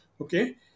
Okay